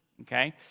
okay